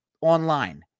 online